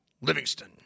Livingston